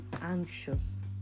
anxious